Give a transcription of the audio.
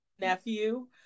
nephew